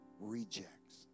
rejects